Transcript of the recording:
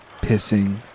pissing